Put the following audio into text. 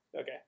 Okay